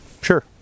Sure